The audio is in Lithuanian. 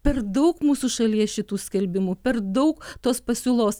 per daug mūsų šalyje šitų skelbimų per daug tos pasiūlos